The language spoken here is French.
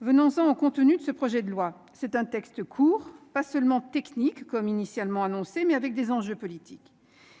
J'en viens au contenu du projet de loi. C'est un texte court, pas seulement technique, comme initialement annoncé, mais avec des enjeux politiques.